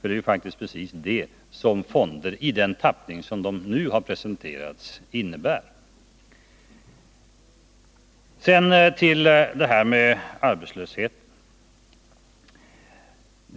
Det är faktiskt precis det som fonder i den tappning som de nu har presenterats i innebär. Sedan några ord om arbetslösheten.